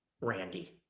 Randy